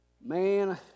man